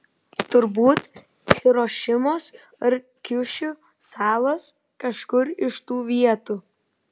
turbūt hirošimos ar kiušiu salos kažkur iš tų vietų